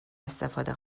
استفاده